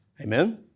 amen